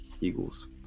eagles